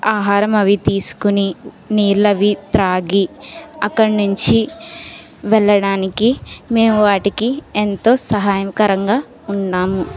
ఆహారం అవి తీసుకుని నీళ్ళవి త్రాగి అక్కడి నుంచి వెళ్ళడానికి మేము వాటికి ఎంతో సహాయం కారంగా ఉన్నాము